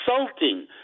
insulting